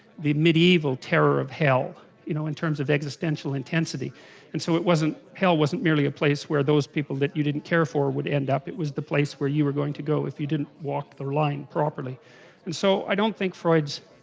the medieval terror of you know in terms of the existential intensity and so it wasn't hell wasn't merely a place where those people that you didn't care for would end up it was the place where you, were going to go if you didn't walk the line properly and so i don't think freud's